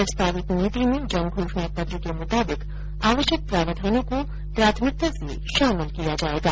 प्रस्तावित औद्योगिक नीति में जन घोषणा पत्र के मुताबिक आवश्यक प्रावधानों को प्राथमिकता से शामिल किया जायेगा